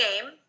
game